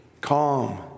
Calm